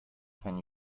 can